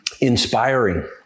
inspiring